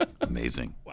Amazing